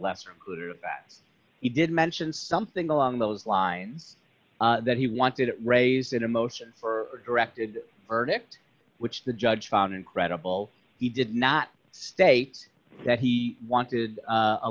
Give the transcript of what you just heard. left that he did mention something along those lines that he wanted it raised in a motion for directed verdict which the judge found incredible he did not state that he wanted a